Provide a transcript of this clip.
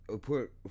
put